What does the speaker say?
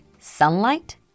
Sunlight